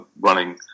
running